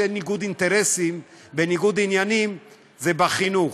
שאין בו ניגוד אינטרסים וניגוד עניינים זה בחינוך.